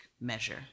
measure